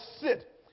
sit